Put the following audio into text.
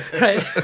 Right